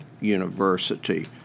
university